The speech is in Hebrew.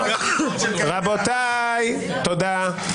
רבותיי, תודה.